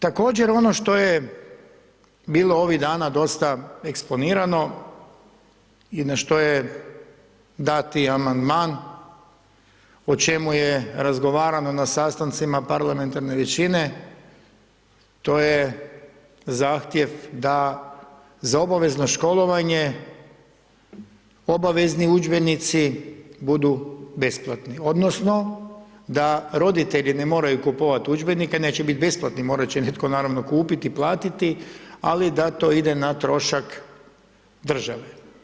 Također ono što je bilo ovih dana dosta eksponirano i na što je dati amandman o čemu je razgovarano na sastancima parlamentarne većine, to je zahtjev da za obavezno školovanje, obavezni udžbenici budu besplatni odnosno da roditelji ne moraju kupovati udžbenike, neće biti besplatni, morat će netko naravno kupiti, platiti ali da to ide na trošak države.